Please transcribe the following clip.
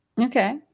Okay